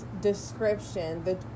description